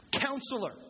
counselor